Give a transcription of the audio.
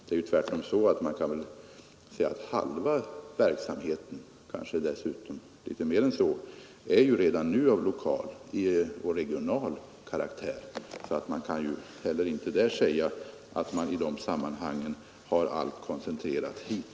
Det är tvärtom så att litet mer än halva verksamheten redan nu är av lokal och regional karaktär. Man kan alltså inte heller där säga att sjöfartsverket har allt koncentrerat hit.